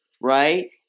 right